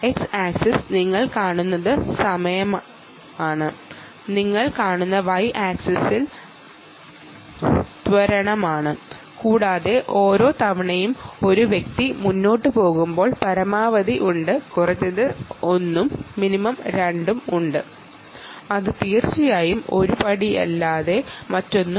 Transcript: X ആക്സിസിൽ നിങ്ങൾ കാണുന്നത് സമയമാണ് നിങ്ങൾ കാണുന്ന y ആക്സിസ് ആക്സിലറേഷനാണ് കൂടാതെ ഓരോ തവണയും ഒരു വ്യക്തി മുന്നോട്ട് പോകുമ്പോൾ പരമാവധി കുറഞ്ഞത് 1 ഉം മിനിമം 2 ഉം ഉണ്ട് അത് തീർച്ചയായും ഒരു സ്റ്റെപ്പ് അല്ലാതെ മറ്റൊന്നുമില്ല